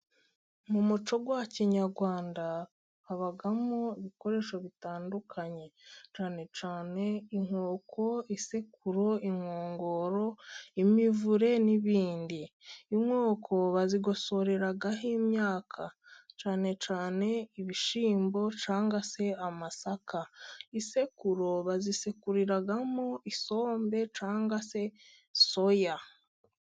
Mu muco wa kinyarwanda habamo ibikoresho bitandukanye, cyane cyane inkoko, isekuru, inkongoro, imivure n'ibindi. Inkoko bazigosoreraho imyaka cyane cyane ibishyimbo cyangwa se amasaka. Isekuro bazisekuriramo isombe cyangwa se soya.